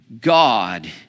God